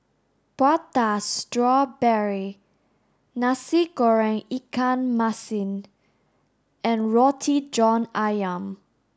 Prata strawberry Nasi Goreng Ikan Masin and Roti John Ayam